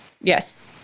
Yes